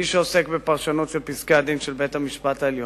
מי שעוסק בפרשנות של פסקי-הדין של בית-המשפט העליון,